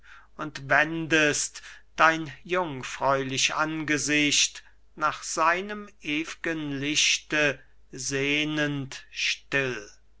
und wendest dein jungfräulich angesicht nach seinem ew'gen lichte sehnend still